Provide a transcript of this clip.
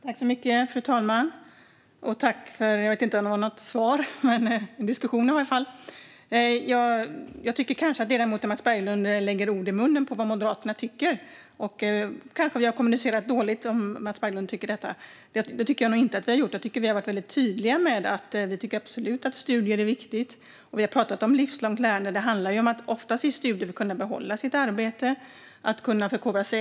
Fru talman! Jag vet inte om det var något svar, men tack i alla fall för diskussionen. Jag tycker kanske att ledamoten Mats Berglund lägger ord i munnen på Moderaterna när det gäller vad vi tycker. Kanske har vi kommunicerat dåligt om Mats Berglund tycker det. Jag tycker nog inte att vi har gjort det. Jag tycker att vi har varit väldigt tydliga med att vi absolut tycker att studier är viktigt. Vi har pratat om livslångt lärande. Det handlar ju ofta om studier för att kunna behålla sitt arbete och för att kunna förkovra sig.